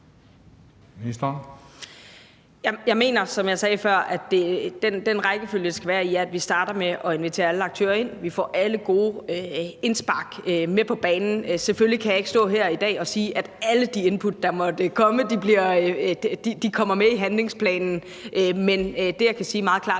Jeg mener, som jeg sagde før, at den rækkefølge, det skal gøres i, er, at vi starter med at invitere alle aktører ind, så vi får alle gode indspark med på banen. Selvfølgelig kan jeg ikke stå her i dag og sige, at alle de input, der måtte komme, kommer med i handlingsplanen. Men det, jeg kan sige meget klart,